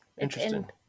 Interesting